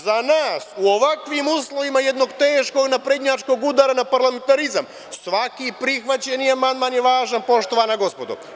Za nas, u ovakvim uslovima jednog teškog naprednjačkog udara na parlamentarizam, svaki prihvaćeni amandman je važan, poštovana gospodo.